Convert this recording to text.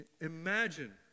Imagine